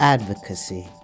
Advocacy